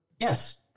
Yes